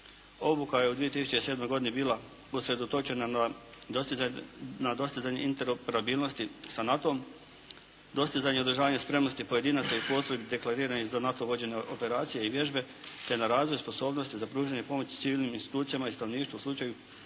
Obuka je u 2007. godini bila usredotočena na dostizanje interoperabilnsoti sa NATO-om, dostizanje i održanje spremnosti pojedinaca i postrojbi deklariranih za NATO vođenja operacije i vježbe te na razvoj sposobnosti za pružanje pomoći civilnim institucijama i stanovništvu u slučaju